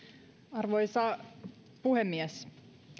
arvoisa puhemies